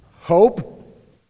hope